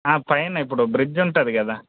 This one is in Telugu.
ఆ పైన ఇప్పుడు బ్రిడ్జ్ ఉంటుంది కదా